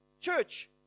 Church